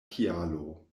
kialo